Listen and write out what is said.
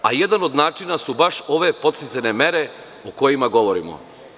A jedan od načina su baš ove podsticajne mere o kojima govorimo.